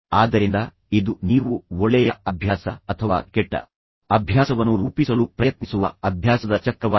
ಆದ್ದರಿಂದ ಇದು ನೀವು ಒಳ್ಳೆಯ ಅಭ್ಯಾಸ ಅಥವಾ ಕೆಟ್ಟ ಅಭ್ಯಾಸವನ್ನು ರೂಪಿಸಲು ಪ್ರಯತ್ನಿಸುವ ಅಭ್ಯಾಸದ ಚಕ್ರವಾಗಿದೆ